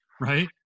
Right